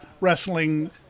wrestling